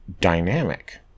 dynamic